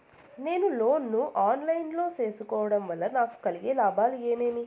నేను లోను ను online లో సేసుకోవడం వల్ల నాకు కలిగే లాభాలు ఏమేమీ?